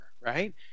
right